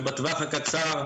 בטווח הקצר,